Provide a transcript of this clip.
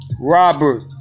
Robert